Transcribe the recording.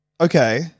okay